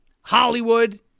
Hollywood